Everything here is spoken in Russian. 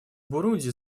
бурунди